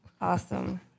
Awesome